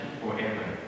forever